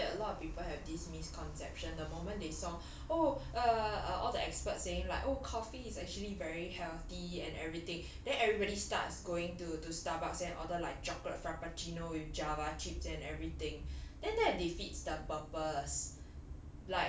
yeah but did you know that a lot of people have this misconception the moment they saw oh err all the experts saying like oh coffee is actually very healthy and everything then everybody starts going to to Starbucks and order like chocolate frappuccino with java chips and everything then that defeats the purpose